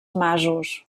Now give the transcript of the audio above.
masos